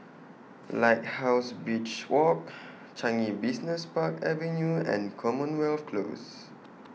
Lighthouse Beach Walk Changi Business Park Avenue and Commonwealth Close